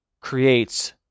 creates